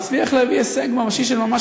מצליח להביא הישג של ממש,